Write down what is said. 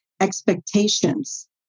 expectations